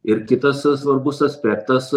ir kitas svarbus aspektas